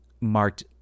marked